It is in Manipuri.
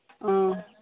ꯑꯥ